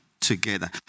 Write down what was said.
together